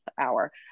hour